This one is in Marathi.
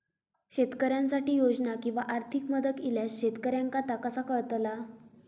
शेतकऱ्यांसाठी योजना किंवा आर्थिक मदत इल्यास शेतकऱ्यांका ता कसा कळतला?